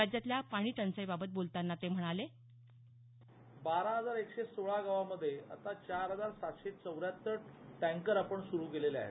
राज्यातल्या पाणी टंचाईबाबत बोलतांना ते म्हणाले बारा हजार एकशे सोळा गावांमध्ये चार हजार सातशे चौऱ्याहत्तर टँकर आपण सुरू केलेले आहेत